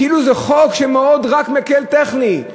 כאילו זה חוק שרק מקל טכנית?